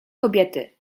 kobiety